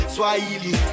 Swahili